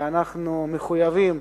ואנחנו מחויבים